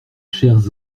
chers